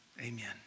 Amen